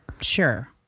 sure